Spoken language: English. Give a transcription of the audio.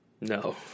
No